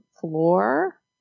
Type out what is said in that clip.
floor